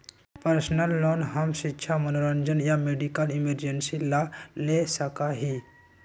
personal loan हम शिक्षा मनोरंजन या मेडिकल इमरजेंसी ला ले सका ही